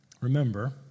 remember